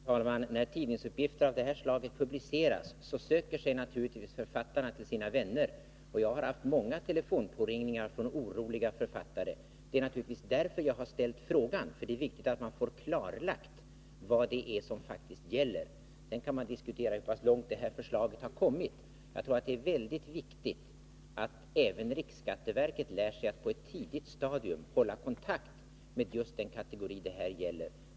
Herr talman! När tidningsuppgifter av detta slag publiceras, söker sig naturligtvis författarna till sina vänner. Jag har haft många telefonpåringningar från oroliga författare. Det är därför som jag har ställt frågan, för det är viktigt att vi får klarlagt vad det är som faktiskt gäller. Sedan kan man diskutera hur långt detta förslag har kommit. Jag tror att det är mycket angeläget att även riksskatteverket lär sig att på ett tidigt stadium hålla kontakt med just den kategori som det här gäller.